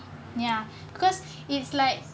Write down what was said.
ya cause it's like